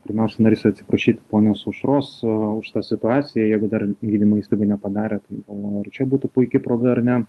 pirmiausia norisi atsiprašyt ponios aušros už tą situaciją jeigu dar gydymo įstaiga nepadarė tai galvoju ir čia būtų puiki proga ar ne